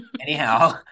anyhow